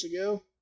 ago